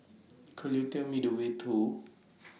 Could YOU Tell Me The Way to